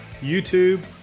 YouTube